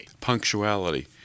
Punctuality